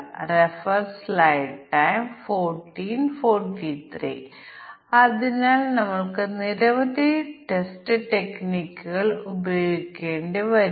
അതിനാൽ 4n1 ഫലം ശരിയാണ് പരാമീറ്ററുകളിലൊന്നിന് ഒരു പ്രത്യേക മൂല്യത്തിനായി പ്രശ്നം നിരീക്ഷിക്കപ്പെടുമെന്ന് ഞങ്ങൾ പരിഗണിക്കുകയാണെങ്കിൽ